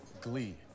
Glee